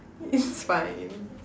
it's fine